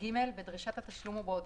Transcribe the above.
(ג) בדרישת התשלום או בהודעה,